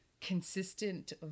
consistent